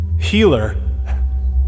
healer